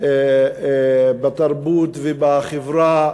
בתרבות ובחברה,